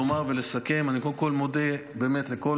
לומר ולסכם: אני קודם כול מודה באמת לכל